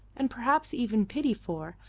and perhaps even pity for,